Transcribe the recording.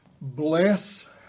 bless